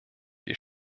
wir